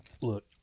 Look